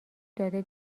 داده